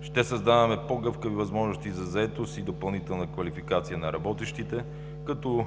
Ще създаваме по-гъвкави възможности за заетост и допълнителна квалификация на работещите, като